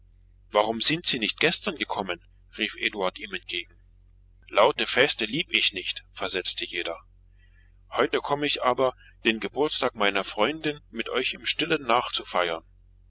warum sind sie nicht gestern gekommen rief ihm eduard entgegen laute feste lieb ich nicht versetzte jener heute komm ich aber den geburtstag meiner freundin mit euch im stillen nachzufeiern